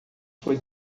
foi